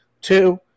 two